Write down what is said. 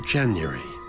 January